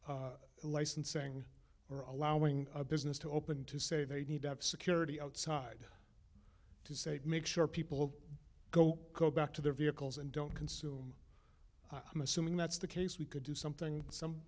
of licensing or allowing a business to open to say they need to have security outside to say make sure people go back to their vehicles and don't consume i'm assuming that's the case we could do something some